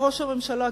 וראש הממשלה,